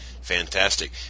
fantastic